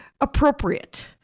appropriate